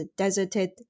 deserted